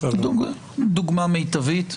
דוגמה מיטבית.